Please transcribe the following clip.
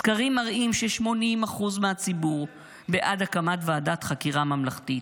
סקרים מראים ש-80% מהציבור בעד הקמת ועדת חקירה ממלכתית,